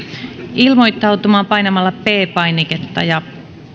ilmoittautumaan painamalla p painiketta ja